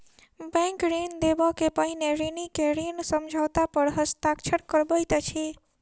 bank ऋण देबअ के पहिने ऋणी के ऋण समझौता पर हस्ताक्षर करबैत अछि